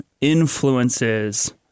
influences